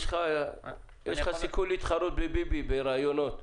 יש לך סיכוי להתחרות בביבי בראיונות.